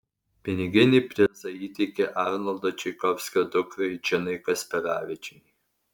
piniginį prizą įteikė arnoldo čaikovskio dukrai džinai kasperavičienei